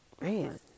man